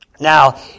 Now